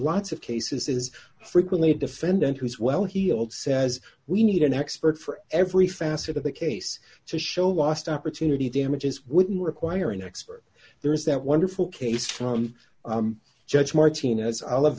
lots of cases is frequently a defendant who's well healed says we need an expert for every facet of the case to show lost opportunity damages wouldn't require an expert there is that wonderful case from judge martinez o